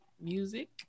Music